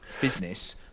business